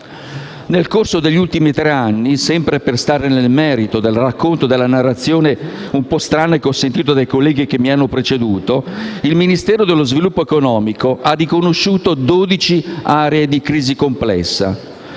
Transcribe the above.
Nel corso degli ultimi tre anni, sempre per stare nel merito del racconto e della narrazione un po' strani che ho sentito dai colleghi che mi hanno preceduto, il Ministero dello sviluppo economico ha riconosciuto 12 aree di crisi complessa.